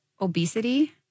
obesity